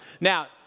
Now